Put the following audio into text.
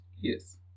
Yes